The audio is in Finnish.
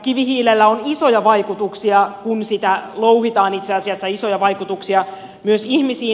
kivihiilellä on isoja vaikutuksia kun sitä louhitaan itse asiassa isoja vaikutuksia myös ihmisiin